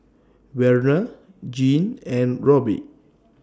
Werner Jean and Robbie